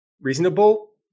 reasonable